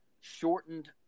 shortened